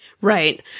Right